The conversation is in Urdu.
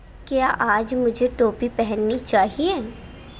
کیا آج مجھے ٹوپی پہننی چاہیے